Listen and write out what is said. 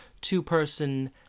two-person